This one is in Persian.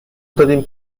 دادیم